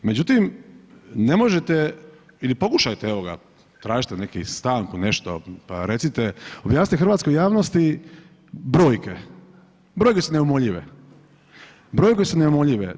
Međutim, ne možete ili pokušajte, evo ga, tražiti od nekih stanku ili nešto, pa recite, objasnite hrvatskoj javnosti brojke, brojke su neumoljive, brojke su neumoljive.